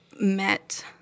met